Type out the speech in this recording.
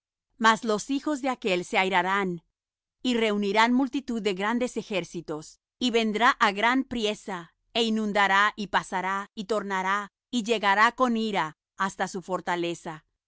mas los hijos de aquél se airarán y reunirán multitud de grandes ejércitos y vendrá á gran priesa é inundará y pasará y tornará y llegará con ira hasta su fortaleza